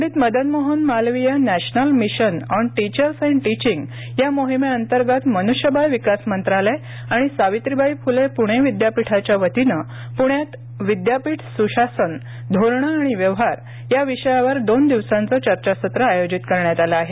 Pandit Madan Mohan Malviya national mission on teachers and teaching या मोहिमेअंतर्गत मनुष्यबळ विकास मंत्रालय आणि सावित्रीबाई फुले पुणे विद्यापीठाच्या वतीनं पुण्यात विद्यापीठ सुशासन धोरणे आणि व्यवहार या विषयावर दोन दिवसांचं चर्चासत्र आयोजित करण्यात आलं आहे